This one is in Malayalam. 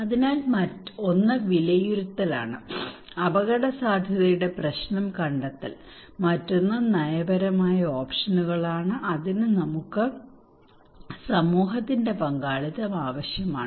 അതിനാൽ ഒന്ന് വിലയിരുത്തലാണ് അപകടസാധ്യതയുടെ പ്രശ്നം കണ്ടെത്തൽ മറ്റൊന്ന് നയപരമായ ഓപ്ഷനുകളാണ് അതിന് നമുക്ക് സമൂഹത്തിന്റെ പങ്കാളിത്തം ആവശ്യമാണ്